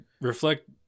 reflect